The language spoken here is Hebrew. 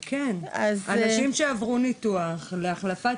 כי אז בעצם מתחילה הבעיה הכי גדולה, אצלנו לפחות.